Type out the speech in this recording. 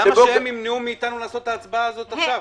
למה שהם ימנעו מאיתנו לעשות את ההצבעה הזו עכשיו?